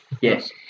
yes